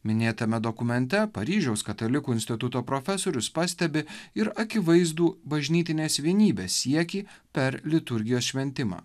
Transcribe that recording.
minėtame dokumente paryžiaus katalikų instituto profesorius pastebi ir akivaizdų bažnytinės vienybės siekį per liturgijos šventimą